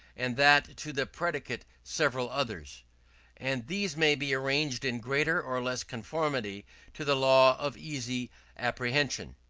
and that to the predicate several others and these may be arranged in greater or less conformity to the law of easy apprehension.